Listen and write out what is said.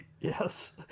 Yes